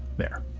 there.